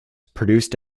produced